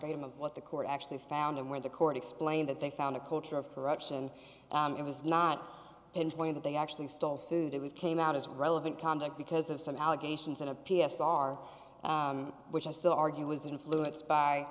them of what the court actually found and where the court explained that they found a culture of corruption it was not enjoying that they actually stole food it was came out as relevant conduct because of some allegations in a p s r which i still argue was influenced by